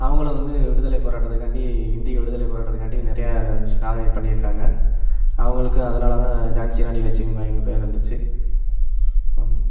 அவங்களும் வந்து விடுதலை போராட்டத்துக்காண்டி இந்திய விடுதலை போராட்டத்துக்காண்டி நிறைய சாதனை பண்ணியிருக்காங்க அவங்களுக்கும் அதனால்தான் ஜான்சி ராணி லெட்சுமி பாய்ன்னு பேர் வந்துச்சு அவ்வளோதான்